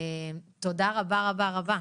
תודה רבה רבה.